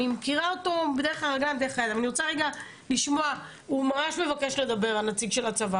אני רוצה לשמוע את נציג הצבא